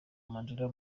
mandela